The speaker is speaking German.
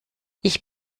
ich